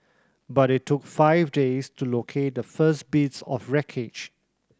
but it took five days to locate the first bits of wreckage